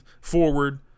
forward